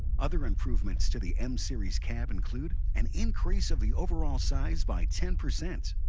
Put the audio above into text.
other improvements to the m-series cab include an increase of the overall size by ten percent,